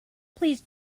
please